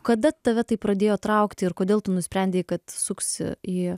kada tave tai pradėjo traukti ir kodėl tu nusprendei kad suksi į